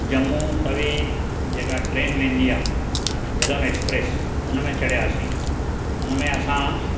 जम्मू तवी जेका ट्रेन वेंदी आहे झेलम एक्सप्रेस हुन में चढ़ियासीं हुन में असां